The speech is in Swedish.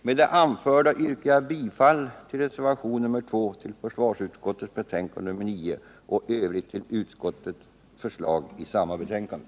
Med det anförda yrkar jag bifall till reservationen 2 till försvarsutskottets betänkande nr 9 och i övrigt till utskottets förslag i samma betänkande.